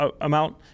amount